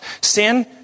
Sin